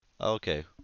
Okay